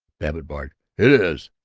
babbitt barked it is!